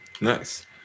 Nice